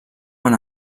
van